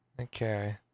Okay